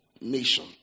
nation